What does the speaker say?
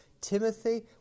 Timothy